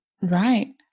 Right